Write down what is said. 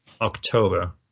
October